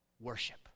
Worship